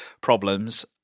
problems